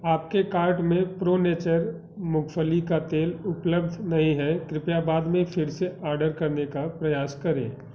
आपके कार्ट में pro nature मूँगफली का तेल उपलब्ध नहीं है कृपया बाद में फिर से ऑर्डर करने का प्रयास करें